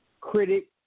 critic